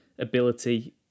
ability